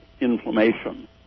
inflammation